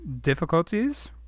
difficulties